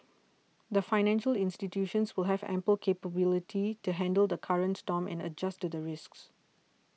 the financial institutions will have ample capability to handle the current storm and adjust to the risks